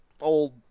old